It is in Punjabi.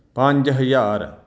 ਪੰਜ ਹਜ਼ਾਰ